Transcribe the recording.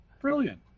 Brilliant